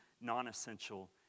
non-essential